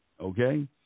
okay